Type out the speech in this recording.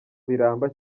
biramba